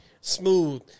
Smooth